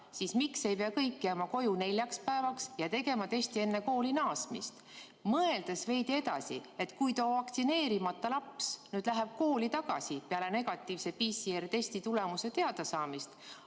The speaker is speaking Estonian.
siis miks ei pea kõik jääma koju neljaks päevaks ja tegema testi enne kooli naasmist? Mõeldes veidi edasi: kui too vaktsineerimata laps läheb nüüd kooli tagasi peale PCR-testi negatiivse tulemuse teadasaamist,